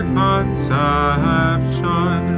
conception